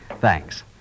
Thanks